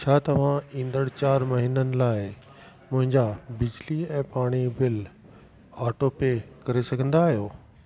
छा तव्हां ईंदड़ चार महिननि लाइ मुंहिंजा बिजली ऐं पाणी बिल ऑटोपे करे सघंदा आहियो